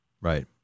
Right